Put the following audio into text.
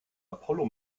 apollo